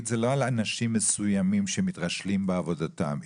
אמרה זה לא על אנשים מסוימים שמתרשלים בעבודתם.